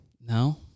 No